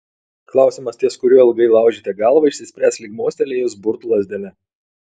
klausimas ties kuriuo ilgai laužėte galvą išsispręs lyg mostelėjus burtų lazdele